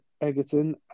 Egerton